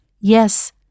Yes